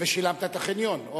ושילמת את דמי החניון או,